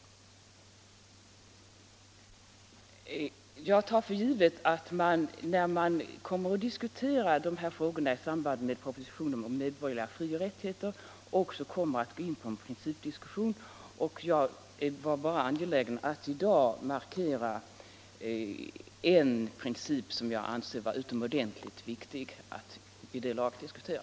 43 Jag tar för givet att man i samband med propositionen om medborgerliga frioch rättigheter också kommer att gå in på en sådan principdiskussion. Jag var bara angelägen att i dag markera en princip som jag anser vara utomordentligt viktig att vid det laget diskutera.